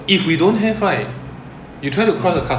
if you went through a lot of hurdles already